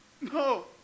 No